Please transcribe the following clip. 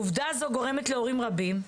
עובדה זו גורמת להורים רבים בציבור,